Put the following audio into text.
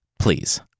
Please